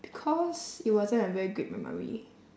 because it wasn't a very great memory